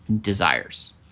desires